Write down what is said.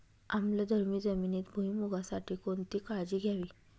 आम्लधर्मी जमिनीत भुईमूगासाठी कोणती काळजी घ्यावी?